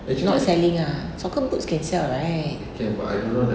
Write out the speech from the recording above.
it's not selling ah soccer boots can sell right